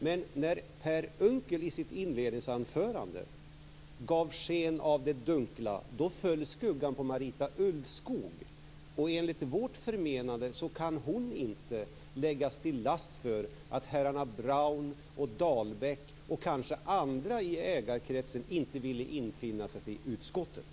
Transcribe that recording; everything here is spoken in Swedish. Men när Per Unckel i sitt inledningsanförande gav sken av det dunkla föll skuggan på Marita Ulvskog. Enligt vårt förmenande kan hon inte läggas till last för att herrarna Braun och Dahlbäck och kanske andra i ägarkretsen inte ville infinna sig i utskottet.